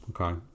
Okay